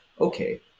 okay